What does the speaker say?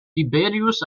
tiberius